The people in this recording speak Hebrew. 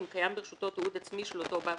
אם קיים ברשותו תיעוד עצמי של אותו בעל